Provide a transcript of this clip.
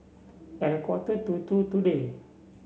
at a quarter to two today